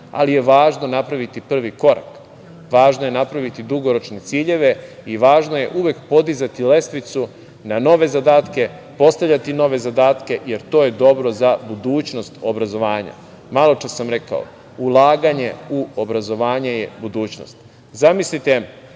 ali je važno napraviti prvi korak. Važno je napraviti dugoročne ciljeve i važno je uvek podizati lestvicu na nove zadatke, postavljati nove zadatke, jer to je dobro za budućnost obrazovanja. Maločas sam rekao - ulaganje u obrazovanje je budućnost. Zamislite,